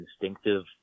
instinctive